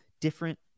different